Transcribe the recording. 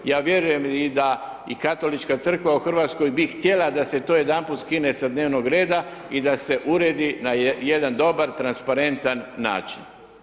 Ja vjerujem i da Katolička crkva u Hrvatskoj bi htjela da se to jedanput skine s dnevnog reda i da se uredi na jedan dobar, transparentan način.